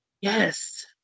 Yes